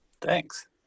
Thanks